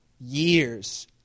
years